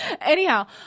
Anyhow